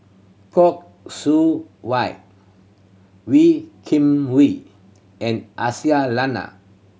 Khoo Seow Hwa Wee Kim Wee and Aisyah Lyana